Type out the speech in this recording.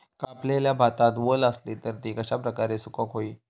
कापलेल्या भातात वल आसली तर ती कश्या प्रकारे सुकौक होई?